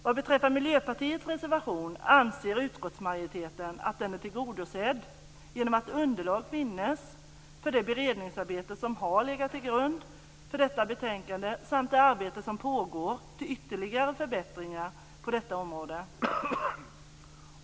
Utskottsmajoriteten anser att Miljöpartiets reservation är tillgodosedd genom att underlag finns för det beredningsarbete som har legat till grund för detta betänkande samt det arbete som pågår och som syftar till ytterligare förbättringar på det här området.